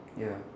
ya